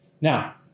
Now